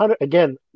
again